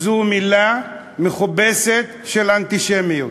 זה מילה מכובסת של אנטישמיות,